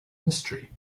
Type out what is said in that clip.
mystery